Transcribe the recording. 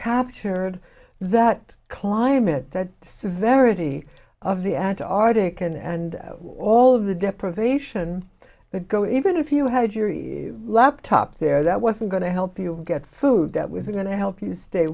captured that climate that severity of the at the arctic and and all of the deprivation that go even if you had your laptop there that wasn't going to help you get food that was going to help you stay